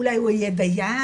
אולי הוא יהיה דיין,